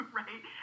right